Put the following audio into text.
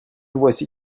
voici